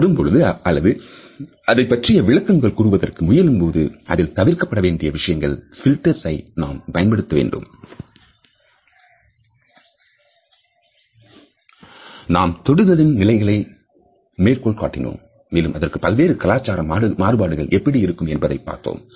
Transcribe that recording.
தொடும்போது அல்லது அதை பற்றிய விளக்கங்கள் கூறுவதற்கு முயலும்போது அதில் தவிர்க்கப்பட வேண்டிய விஷயங்கள் filters ஐ நாம் பயன்படுத்த வேண்டும் நாம் தொடுதலின் நிலைகளை மேற்கோள் காட்டினோம் மேலும் அதற்கு பல்வேறு கலாச்சார மாறுபாடுகள் எப்படி இருக்கும் என்பதை பார்த்தோம்